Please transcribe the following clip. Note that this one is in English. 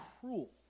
cruel